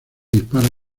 dispara